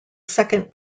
second